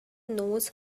knows